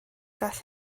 gall